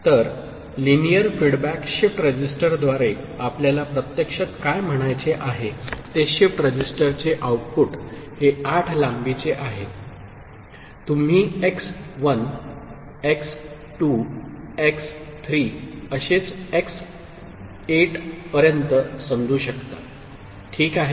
तर linear feedback shift register द्वारे आपल्याला प्रत्यक्षात काय म्हणायचे आहे ते शिफ्ट रजिस्टर चे आउटपूट हे आठ लांबीचे आहे तुम्ही x one x two x three असेच एक्स 8 पर्यंत समजू शकता ठीक आहे